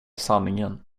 sanningen